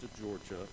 Georgia